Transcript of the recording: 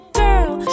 girl